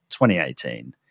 2018